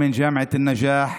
מאוניברסיטת אל-נג'אח